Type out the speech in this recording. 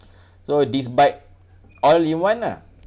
so this bike all in one ah